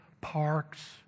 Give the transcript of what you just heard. parks